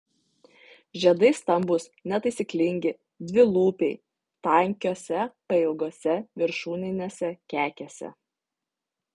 žiedai stambūs netaisyklingi dvilūpiai tankiose pailgose viršūninėse kekėse